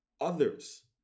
others